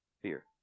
fear